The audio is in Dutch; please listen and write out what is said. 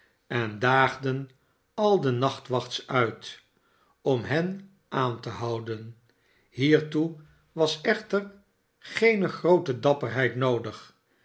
en daagden al de nachtwachts uit om hen aan te houden hiertoe was echter geene groote dapperheid noodig